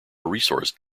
resourced